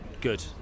Good